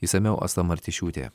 išsamiau asta martišiūtė